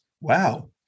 wow